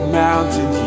mountain